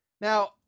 Now